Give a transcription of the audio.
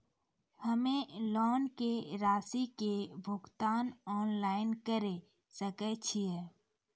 हम्मे लोन के रासि के भुगतान ऑनलाइन करे सकय छियै?